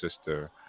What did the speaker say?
sister